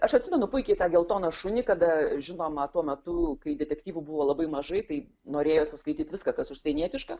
aš atsimenu puikiai tą geltoną šunį kada žinoma tuo metu kai detektyvų buvo labai mažai tai norėjosi skaityt viską kas užsienietiška